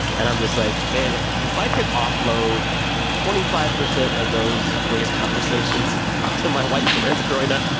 and i'm just like, man, if i could offload twenty five percent of those race conversations to my white friends growing up.